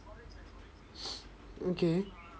okay